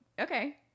Okay